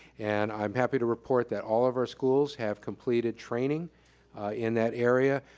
and i'm happy to report that all of our schools have completed training in that area.